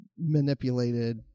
manipulated